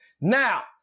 Now